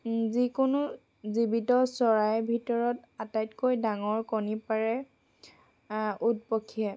যিকোনো জীৱিত চৰাইৰ ভিতৰত আটাইতকৈ ডাঙৰ কণী পাৰে উট পক্ষীয়ে